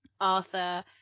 Arthur